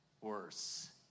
worse